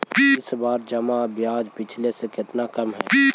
इस बार का जमा ब्याज पिछले से कितना कम हइ